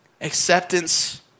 Acceptance